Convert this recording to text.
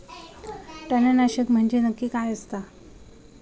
तणनाशक म्हंजे नक्की काय असता?